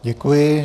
Děkuji.